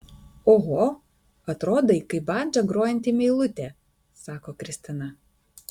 oho atrodai kaip bandža grojanti meilutė sako kristina